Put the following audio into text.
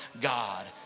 God